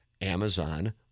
Amazon